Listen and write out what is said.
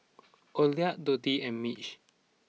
Oralia Dotty and Mitch